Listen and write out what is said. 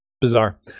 Bizarre